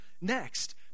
next